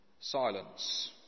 Silence